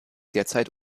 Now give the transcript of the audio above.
zurzeit